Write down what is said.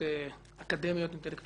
--- אבל אני לא תוקף אותו.